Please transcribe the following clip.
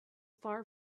far